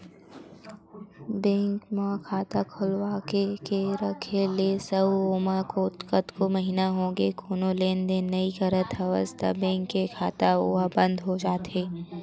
bank म खाता खोलाके के रख लेस अउ ओमा कतको महिना होगे कोनो लेन देन नइ करत हवस त बेंक के खाता ओहा बंद हो जाथे